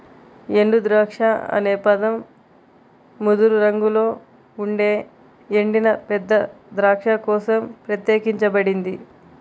ఎండుద్రాక్ష అనే పదం ముదురు రంగులో ఉండే ఎండిన పెద్ద ద్రాక్ష కోసం ప్రత్యేకించబడింది